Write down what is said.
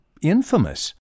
infamous